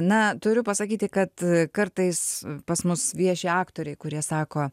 na turiu pasakyti kad kartais pas mus vieši aktoriai kurie sako